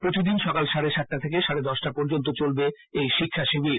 প্রতিদিন সকাল সাডে সাতটা থেকে সাডে দশটা পর্যন্ত চলবে এই শিক্ষা শিবির